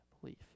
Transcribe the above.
belief